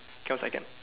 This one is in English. one second